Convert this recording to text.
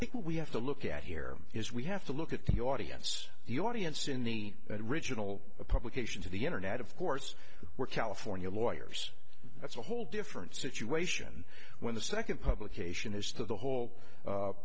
site we have to look at here is we have to look at the audience the audience in the original publication to the internet of course we're california lawyers that's a whole different situation when the second publication is to the whole